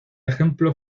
ejemplo